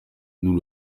nous